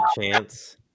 chance